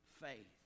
faith